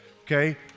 okay